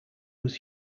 was